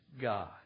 God